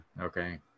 okay